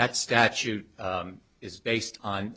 that statute is based on